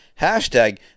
hashtag